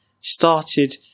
started